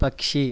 పక్షి